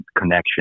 connection